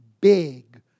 big